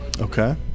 Okay